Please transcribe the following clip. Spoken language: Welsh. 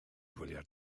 gwylio